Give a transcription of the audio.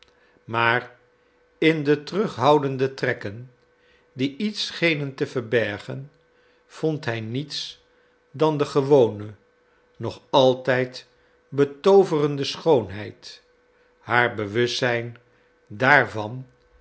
maar in de terughoudende trekken die iets schenen te verbergen vond hij niets dan de gewone nog altijd betooverende schoonheid haar bewustzijn daarvan